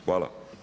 Hvala.